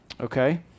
okay